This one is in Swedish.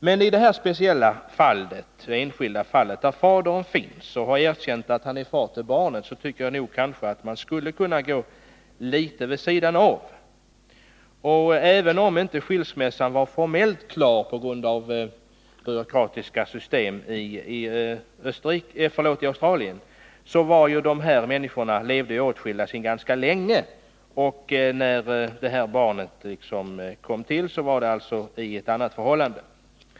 Men i detta speciella fall, där fadern är känd och själv har erkänt att han är far till barnet, skulle man väl kunna gå litet vid sidan om lagstiftningen. Även om skilsmässan inte var formellt klar på grund av byråkratiska system i Australien, hade makarna trots allt levt åtskilda sedan ganska lång tid tillbaka. Och när barnet kom till var det i ett annat förhållande.